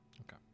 Okay